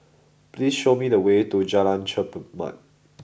please show me the way to Jalan Chermat